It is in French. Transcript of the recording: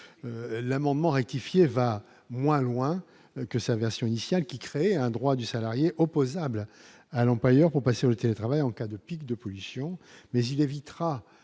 l'amendement rectifier va moins loin que sa version initiale qui crée un droit du salarié, opposable à l'employeur pour passer au télétravail en cas de pic de pollution mais il évitera